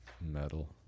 metal